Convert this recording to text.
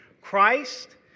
Christ